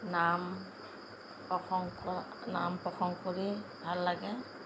নাম প্ৰসংগ নাম প্ৰসংগ কৰি ভাল লাগে